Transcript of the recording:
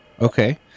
Okay